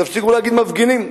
תפסיקו להגיד מפגינים,